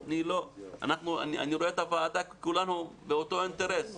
אני רואה את הוועדה כאילו כולנו באותו אינטרס.